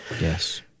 yes